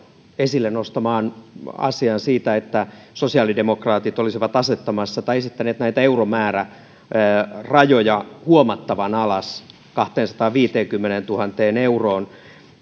esille nostamaan asiaan että sosiaalidemokraatit olisivat esittäneet näitä euromäärärajoja huomattavan alas kahteensataanviiteenkymmeneentuhanteen euroon